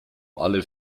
alle